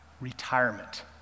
Retirement